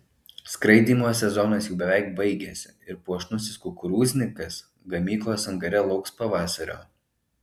skraidymo sezonas jau beveik baigėsi ir puošnusis kukurūznikas gamyklos angare lauks pavasario